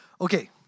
Okay